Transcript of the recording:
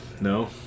No